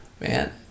man